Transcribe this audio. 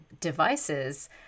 devices